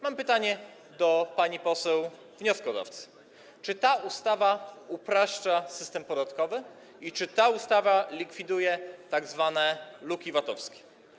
Mam pytanie do pani poseł wnioskodawcy: Czy ta ustawa upraszcza system podatkowy i czy ta ustawa likwiduje tzw. luki VAT-owskie?